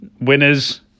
winners